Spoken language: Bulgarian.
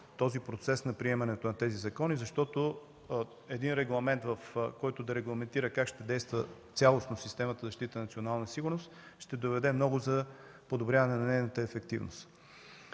процесът на приемането на тези закони, защото един регламент, който да регламентира как ще действа цялостно системата „Защита на националната сигурност”, ще доведе много за подобряване на нейната ефективност.